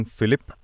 Philip